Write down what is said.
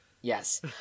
Yes